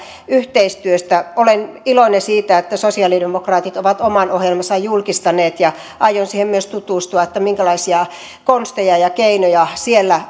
yhteistyöstä olen iloinen siitä että sosialidemokraatit ovat oman ohjelmansa julkistaneet ja aion siihen myös tutustua minkälaisia konsteja ja keinoja siellä